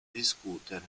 discutere